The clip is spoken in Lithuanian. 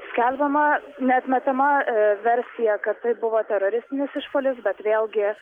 skelbiama neatmetama versija kad tai buvo teroristinis išpuolis bet vėlgi